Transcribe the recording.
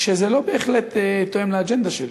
כשזה לא בהחלט תואם לאג'נדה שלי.